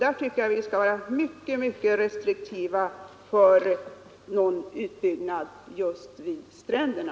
Jag tycker att vi skall vara mycket restriktiva just när det gäller utbyggnad vid stränderna.